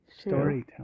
storytelling